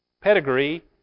Pedigree